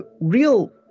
real